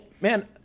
man